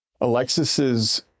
Alexis's